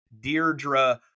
Deirdre